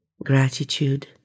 gratitude